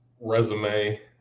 resume